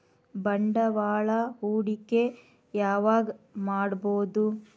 ಬಂಡವಾಳ ಹೂಡಕಿ ಯಾವಾಗ್ ಮಾಡ್ಬಹುದು?